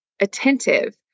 attentive